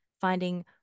finding